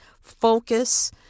focus